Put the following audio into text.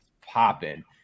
popping